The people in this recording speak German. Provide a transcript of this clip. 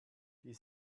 die